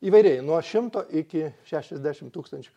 įvairiai nuo šimto iki šešiasdešimt tūkstančių